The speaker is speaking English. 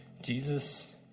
Jesus